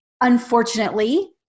unfortunately